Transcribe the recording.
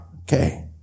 Okay